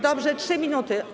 Dobrze, 3 minuty.